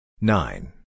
Nine